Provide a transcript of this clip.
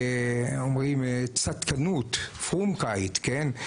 אומרים צדקנות, "פרונקייט", כן?